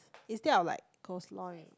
instead of like coleslaw you